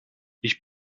ich